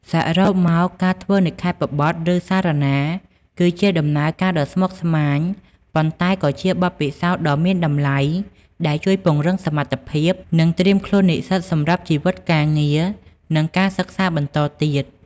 សរុបមក ការធ្វើនិក្ខេបបទ ឬសារណា គឺជាដំណើរការដ៏ស្មុគស្មាញ ប៉ុន្តែក៏ជាបទពិសោធន៍ដ៏មានតម្លៃដែលជួយពង្រឹងសមត្ថភាព និងត្រៀមខ្លួននិស្សិតសម្រាប់ជីវិតការងារ និងការសិក្សាបន្តទៀត។